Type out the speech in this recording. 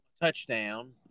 touchdown